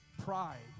Pride